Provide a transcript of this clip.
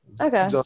Okay